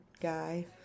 guy